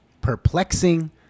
perplexing